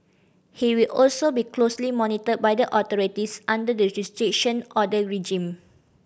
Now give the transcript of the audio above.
he will also be closely monitored by the authorities under the Restriction Order regime